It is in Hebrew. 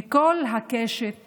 מכל הקשת